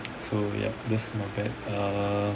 so ya that's not bad err